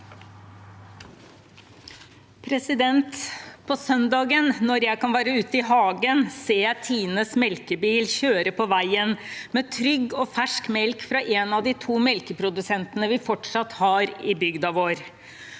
På søndager når jeg kan være ute i hagen, ser jeg Tines melkebil kjøre på veien med trygg og fersk melk fra en av de to melkeprodusentene vi fortsatt har i bygda vår.